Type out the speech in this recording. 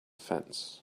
fence